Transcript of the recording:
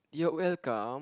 you're welcome